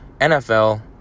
NFL